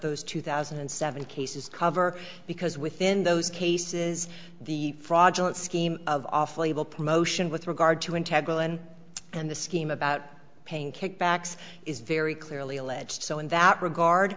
those two thousand and seven cases cover because within those cases the fraudulent scheme of off label promotion with regard to integrity and and the scheme about paying kickbacks is very clearly alleged so in that regard